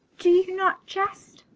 do you not jest?